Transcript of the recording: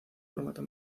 formato